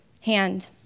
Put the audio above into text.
hand